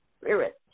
spirit